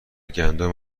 گندم